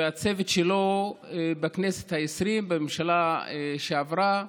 והצוות שלו בכנסת העשרים, בממשלה שעברה,